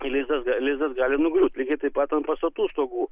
tai lizdas lizdas gali nugriūti lygiai taip pat ant pastatų stogų